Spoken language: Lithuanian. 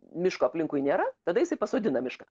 miško aplinkui nėra tada jisai pasodina mišką